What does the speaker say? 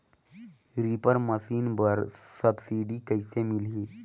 Reaper machine बर subsidy कइसे मिलही?